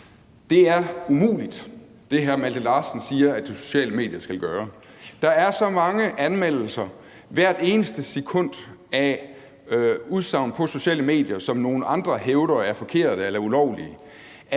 Olesen (LA): Det, hr. Malte Larsen siger de sociale medier skal gøre, er umuligt. Der er så mange anmeldelser hvert eneste sekund af udsagn på sociale medier, som nogle andre hævder er forkerte eller ulovlige,